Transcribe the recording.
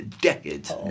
decades